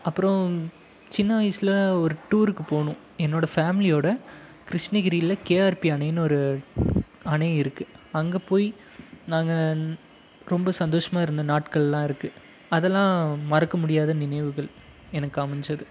அப்புறம் சின்ன வயசில் ஒரு டூருக்கு போனோம் என்னோட ஃபேமிலியோடு கிருஷ்ணகிரியில் கேஆர்பி அணைன்னு ஒரு அணை இருக்குது அங்கே போய் நாங்கள் ரொம்ப சந்தோஷமாக இருந்த நாட்களெலாம் இருக்குது அதெலாம் மறக்க முடியாத நினைவுகள் எனக்கு அமைஞ்சது